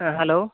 ᱦᱮᱸ ᱦᱮᱞᱳ